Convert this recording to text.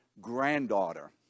granddaughter